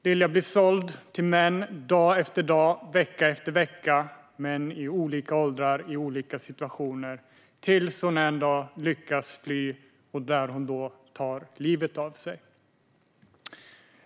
Lilja blir dag efter dag, vecka efter vecka, såld till män i olika åldrar och i olika situationer tills hon en dag lyckas fly och då tar livet av sig.